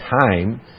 time